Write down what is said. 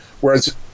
whereas